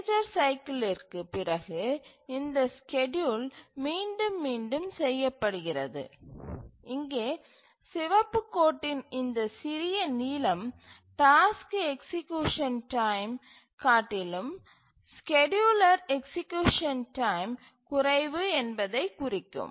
major சைக்கிலிற்கு பிறகு இந்த ஸ்கேட்யூல் மீண்டும் மீண்டும் செய்யப்படுகிறது இங்கே சிவப்பு கோட்டின் இந்த சிறிய நீளம் டாஸ்க்கு எக்சீக்யூசன் டைம் காட்டிலும் ஸ்கேட்யூலர் எக்சீக்யூசன் டைம் குறைவு என்பதை குறிக்கும்